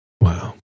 Wow